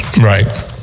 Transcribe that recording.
Right